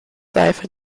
seife